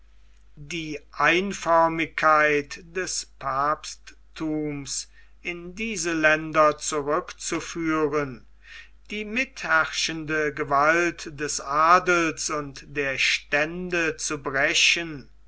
die einförmigkeit des papstthums in diese länder zurückzuführen die mitherrschende gewalt des adels und der stände zu brechen